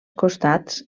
costats